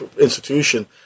institution